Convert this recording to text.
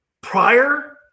prior